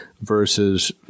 versus